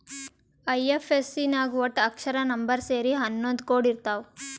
IFSC ನಾಗ್ ವಟ್ಟ ಅಕ್ಷರ, ನಂಬರ್ ಸೇರಿ ಹನ್ನೊಂದ್ ಕೋಡ್ ಇರ್ತಾವ್